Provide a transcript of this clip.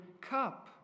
cup